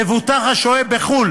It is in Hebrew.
מבוטח השוהה בחו"ל